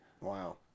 Wow